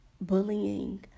bullying